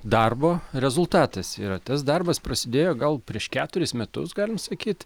darbo rezultatas yra tas darbas prasidėjo gal prieš keturis metus galim sakyt